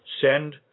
send